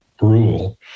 rule